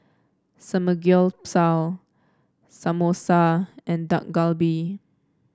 Samgyeopsal Samosa and Dak Galbi